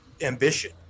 ambition